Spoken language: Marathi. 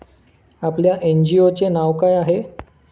आपल्या एन.जी.ओ चे नाव काय आहे?